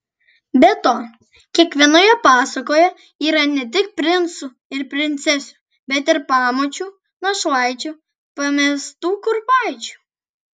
be to kiekvienoje pasakoje yra ne tik princų ir princesių bet ir pamočių našlaičių pamestų kurpaičių